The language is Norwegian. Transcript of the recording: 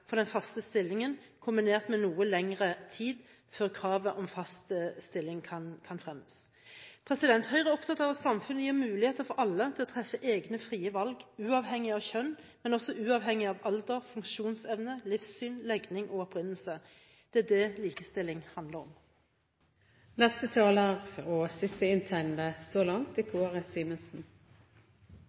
til den samme arbeidstiden som flertallet for den faste stillingen, kombinert med noe lengre tid før kravet om fast stilling kan fremmes. Høyre er opptatt av at samfunnet gir muligheter for alle til å treffe egne frie valg, uavhengig av kjønn, men også uavhengig av alder, funksjonsevne, livssyn, legning og opprinnelse. Det er det likestilling handler om. Jeg skal også begynne med en takk til Venstre, som setter et så